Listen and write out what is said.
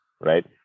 right